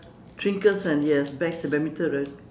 trinkets and yes bags and badminton ra~